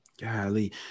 Golly